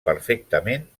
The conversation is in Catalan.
perfectament